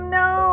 no